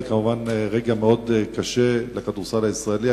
זה כמובן רגע מאוד קשה לכדורסל הישראלי.